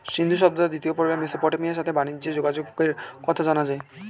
সিন্ধু সভ্যতার দ্বিতীয় পর্বে মেসোপটেমিয়ার সাথে বানিজ্যে যোগাযোগের কথা জানা যায়